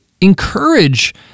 encourage